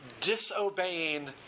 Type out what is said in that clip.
disobeying